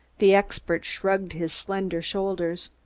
the expert shrugged his slender shoulders.